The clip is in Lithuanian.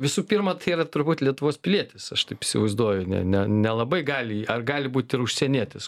visų pirma tai yra turbūt lietuvos pilietis aš taip įsivaizduoju ne ne nelabai gali ar gali būt ir užsienietis